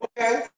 Okay